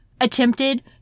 attempted